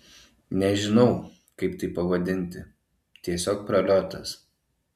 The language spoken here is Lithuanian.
nežinau kaip tai pavadinti tiesiog praliotas